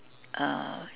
uh